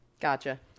Gotcha